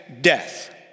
death